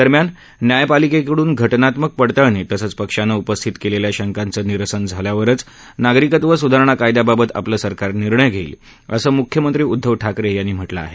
दरम्यान न्यायपालिकेकडून घटनात्मक पडताळणी तसंच पक्षानं उपस्थित केलेल्या शंकाचं निरसन झाल्यावरच नागरिकत्व सुधारणा कायद्याबाबत आपलं सरकार निर्णय घेईल असं मुख्यमंत्री उद्धव ठाकरे यांनी म्हटलं आहे